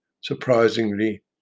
Surprisingly